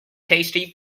tasty